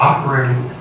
Operating